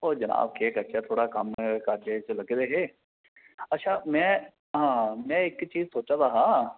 ओह् जनाब केह् करचै थोह्ड़ा कम्म काजे च लग्गे दे हे अच्छा में हां में इक चीज सोचा दा हा